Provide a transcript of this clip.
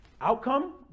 Outcome